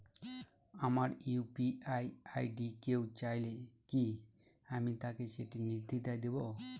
আমার UPI ID কেউ চাইলে কি আমি তাকে সেটি নির্দ্বিধায় দেব?